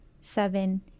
seven